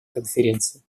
конференции